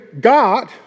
God